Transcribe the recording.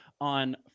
on